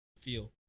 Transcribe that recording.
feel